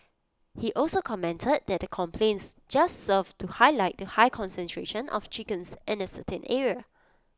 he also commented that the complaints just served to highlight the high concentration of chickens in A certain area